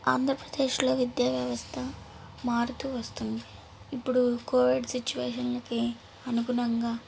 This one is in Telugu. ఆంధ్రప్రదేశ్లో విద్యావ్యవస్థ మారుతు వస్తుంది ఇప్పుడు కోవిడ్ సిచువేషన్కి అనుగుణంగా